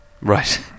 Right